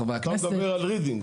חברי הכנסת --- אתה מדבר על רידינג?